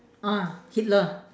ah hitler